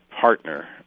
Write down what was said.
partner